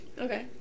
okay